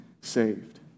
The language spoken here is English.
saved